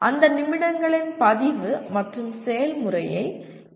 அந்த நிமிடங்களின் பதிவு மற்றும் செயல்முறையை என்